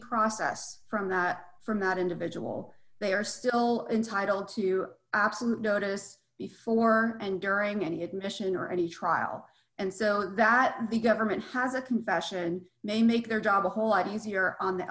process from that from that individual they are still entitle to absolute notice before and during any admission or any trial and so that the government has a confession may make their job a whole lot easier on the